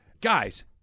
guys